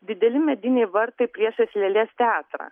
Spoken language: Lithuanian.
dideli mediniai vartai priešais lėlės teatrą